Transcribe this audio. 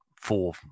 four